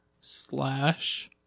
slash